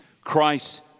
Christ